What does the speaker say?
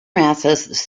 masses